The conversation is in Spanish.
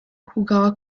jugaba